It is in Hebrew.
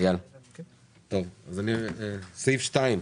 סעיף 2,